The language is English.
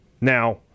Now